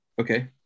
okay